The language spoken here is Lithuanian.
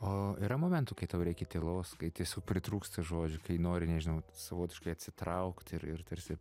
o yra momentų kai tau reikia tylos kai tiesiog pritrūksta žodžių kai nori nežinau savotiškai atsitraukt ir ir tarsi